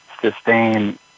sustain